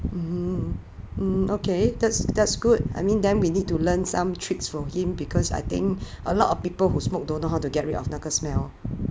mmhmm mm okay that's that's good I mean them we need to learn some tricks from him because I think a lot of people who smoke don't know how to get rid of 那个 smell